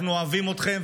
אנחנו אוהבים אתכם,